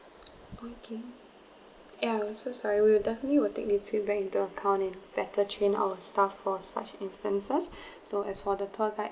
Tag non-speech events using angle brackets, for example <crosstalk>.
<noise> okay ya we're so sorry you we'll definitely will take this feedback into account and better train our staff for such instances so as for the tour guide